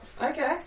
Okay